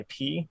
IP